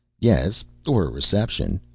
yes or a reception.